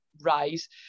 rise